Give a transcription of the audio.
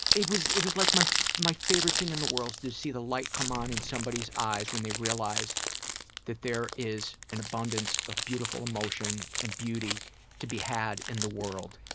it was it was like my my favorite thing in the world to see the light come on in somebody's eyes when they realize that there is an abundance of beautiful emotion and beauty to be had in the world.